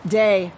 day